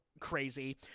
crazy